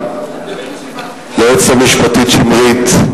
ליועצת המשפטית שמרית,